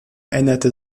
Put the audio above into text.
änderte